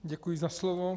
Děkuji za slovo.